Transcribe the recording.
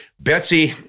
Betsy